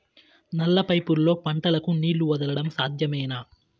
నల్ల పైపుల్లో పంటలకు నీళ్లు వదలడం సాధ్యమేనా?